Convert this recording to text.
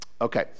Okay